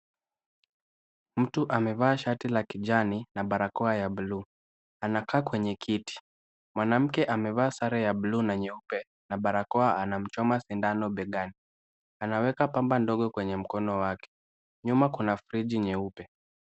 Mtu amevaa shati la kijani na barakoa ya buluu, anakaa kwenye kiti. Mwanamke amevaa sare ya buluu na nyeupe na barakoa anamchoma sindano begani. Anaweka pamba ndogo kwenye mkono wake, nyuma kuna friji nyeupe.